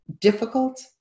difficult